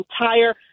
entire